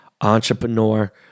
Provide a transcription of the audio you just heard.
Entrepreneur